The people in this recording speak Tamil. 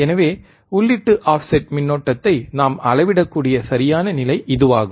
எனவே உள்ளீட்டு ஆஃப்செட் மின்னோட்டத்தை நாம் அளவிடக்கூடிய சரியான நிலை இதுவாகும்